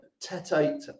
tete